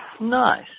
Nice